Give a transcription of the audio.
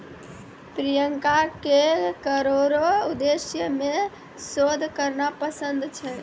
प्रियंका के करो रो उद्देश्य मे शोध करना पसंद छै